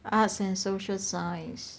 arts and social science